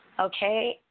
Okay